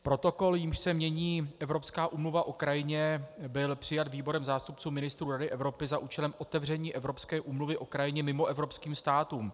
Protokol, jímž se mění Evropská úmluva o krajině, byl přijat výborem zástupců ministrů Rady Evropy za účelem otevření Evropské úmluvy o krajině mimoevropským státům.